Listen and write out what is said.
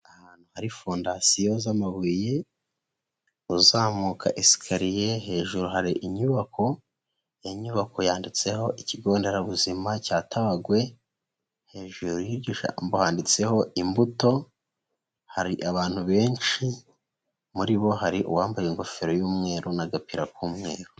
Ahantu hari fondasiyo z'amabuye, uzamuka esikariye hejuru hari inyubako, iyo nyubako yanditseho ikigo nderabuzima cya Tabagwe, hejuru y'iryo jambo handitseho imbuto, hari abantu benshi, muri bo hari uwambaye ingofero y'umweru n'agapira k'umweru.